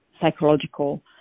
psychological